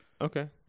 Okay